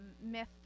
myth